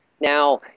Now